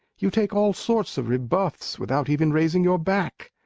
you take all sorts of rebuffs without even raising your back.